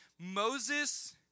Moses